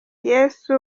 yesu